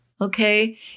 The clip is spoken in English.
okay